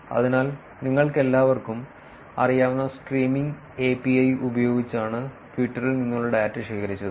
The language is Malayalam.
അതിനാൽ നിങ്ങൾക്കെല്ലാവർക്കും അറിയാവുന്ന സ്ട്രീമിംഗ് API ഉപയോഗിച്ചാണ് ട്വിറ്ററിൽ നിന്നുള്ള ഡാറ്റ ശേഖരിച്ചത്